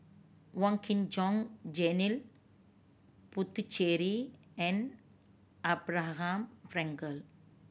Wong Kin Jong Janil Puthucheary and Abraham Frankel